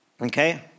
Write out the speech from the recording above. Okay